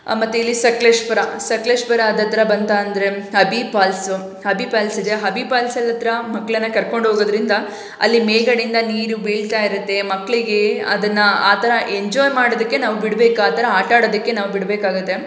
ಮತ್ತು ಇಲ್ಲಿ ಸಕಲೇಶಪುರ ಸಕ್ಲೇಶಪುರದ ಹತ್ರ ಬಂತು ಅಂದರೆ ಅಬ್ಬಿ ಪಾಲ್ಸು ಅಬ್ಬಿ ಪಾಲ್ಸಿದೆ ಅಬ್ಬಿ ಪಾಲ್ಸ ಹತ್ರ ಮಕ್ಕಳನ್ನ ಕರ್ಕೊಂಡು ಹೋಗೋದ್ರಿಂದ ಅಲ್ಲಿ ಮೇಲ್ಗಡೆಯಿಂದ ನೀರು ಬೀಳ್ತಾ ಇರತ್ತೆ ಮಕ್ಕಳಿಗೆ ಅದನ್ನು ಆ ಥರ ಎಂಜೋಯ್ ಮಾಡೋದಕ್ಕೆ ನಾವು ಬಿಡ್ಬೇಕು ಆ ಥರ ಆಟಾಡೊದಿಕ್ಕೆ ನಾವು ಬಿಡಬೇಕಾಗತ್ತೆ